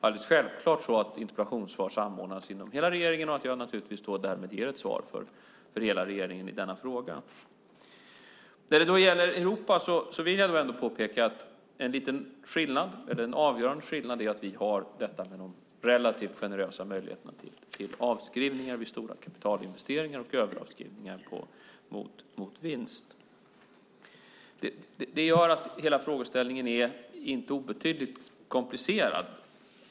Interpellationssvaren samordnas inom hela regeringen, och därmed ger jag ett svar från regeringen i denna fråga. När det gäller Europa vill jag påpeka att en avgörande skillnad är att vi har de relativt generösa möjligheterna till avskrivningar vid stora kapitalinvesteringar och överavskrivningar mot vinst. Det innebär att frågeställningen inte är obetydligt komplicerad.